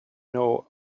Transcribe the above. know